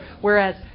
whereas